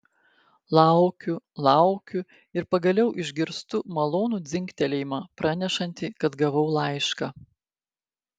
laukiu laukiu ir pagaliau išgirstu malonų dzingtelėjimą pranešantį kad gavau laišką